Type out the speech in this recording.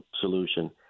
solution